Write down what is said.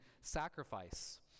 sacrifice